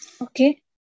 okay